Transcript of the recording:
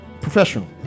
professional